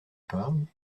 parle